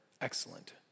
excellent